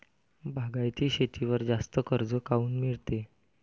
बागायती शेतीवर जास्त कर्ज काऊन मिळते?